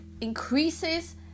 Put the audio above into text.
increases